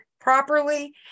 properly